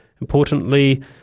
Importantly